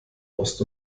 ost